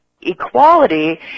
equality